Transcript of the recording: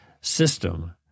system